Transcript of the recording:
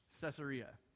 Caesarea